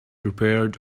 prepared